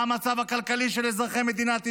ומה המצב הכלכלי של אזרחי מדינת ישראל.